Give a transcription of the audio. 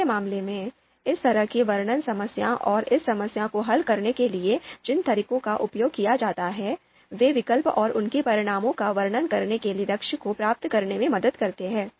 ऐसे मामले में इस तरह की वर्णन समस्या और इस समस्या को हल करने के लिए जिन तरीकों का उपयोग किया जाता है वे विकल्प और उनके परिणामों का वर्णन करने के लक्ष्य को प्राप्त करने में मदद करते हैं